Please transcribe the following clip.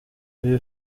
uyu